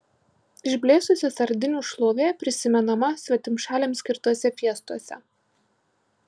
išblėsusi sardinių šlovė prisimenama svetimšaliams skirtose fiestose